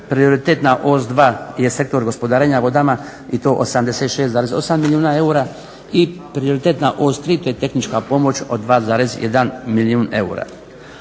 prioritet na os 2 je sektor gospodarenja vodama i to 86,8 milijuna eura te prioritet na os 3 to je tehnička pomoć od 2,1 milijun eura.